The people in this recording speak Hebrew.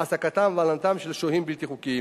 העסקתם והלנתם של שוהים בלתי חוקיים.